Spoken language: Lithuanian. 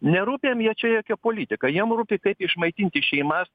nerūpi jiem čia jokia politika jiem rūpi kaip išmaitinti šeimas